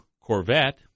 Corvette